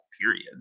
period